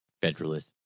Federalist